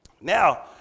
Now